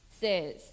says